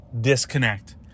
disconnect